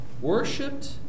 Worshipped